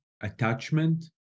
attachment